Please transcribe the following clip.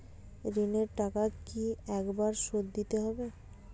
ঋণের টাকা কি একবার শোধ দিতে হবে?